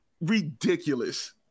Ridiculous